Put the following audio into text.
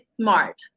smart